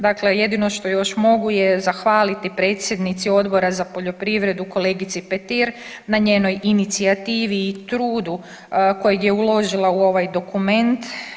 Dakle, jedino što još mogu je zahvaliti predsjednici Odbora za poljoprivredu kolegici Petir na njenoj inicijativi i trudu kojeg je uložila u ovaj dokument.